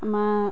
আমাৰ